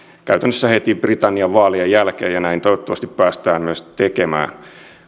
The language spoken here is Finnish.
käytännössä heti britannian vaalien jälkeen ja näin toivottavasti päästään myös tekemään